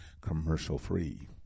commercial-free